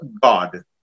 God